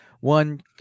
one